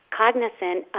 cognizant